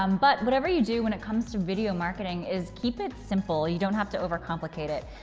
um but whatever you do when it comes to video marketing is keep it simple. you don't have to overcomplicate it.